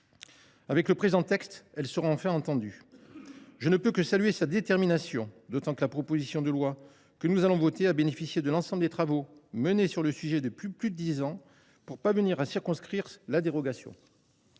Avec le présent texte, elle sera enfin entendue. Je ne peux que saluer sa détermination, d’autant que la proposition de loi que nous allons voter a bénéficié de l’ensemble des travaux menés sur le sujet depuis plus de dix ans pour parvenir à circonscrire la dérogation.